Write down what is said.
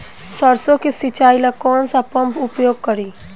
सरसो के सिंचाई ला कौन सा पंप उपयोग करी?